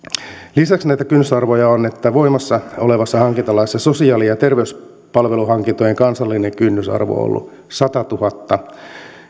lisäksi näitä kynnysarvoja on että voimassa olevassa hankintalaissa sosiaali ja terveyspalveluhankintojen kansallinen kynnysarvo on ollut satatuhatta